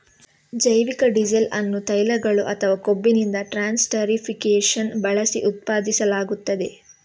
ಜೈವಿಕ ಡೀಸೆಲ್ ಅನ್ನು ತೈಲಗಳು ಅಥವಾ ಕೊಬ್ಬಿನಿಂದ ಟ್ರಾನ್ಸ್ಸೆಸ್ಟರಿಫಿಕೇಶನ್ ಬಳಸಿ ಉತ್ಪಾದಿಸಲಾಗುತ್ತದೆ